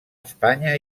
espanya